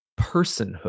personhood